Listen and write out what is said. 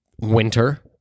winter